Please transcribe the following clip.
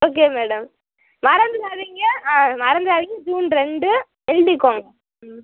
okay madam மறந்துடாதீங்க ஆ மறந்துராதீங்க ஜூன் ரெண்டு எழுதிக்கோங்க ம்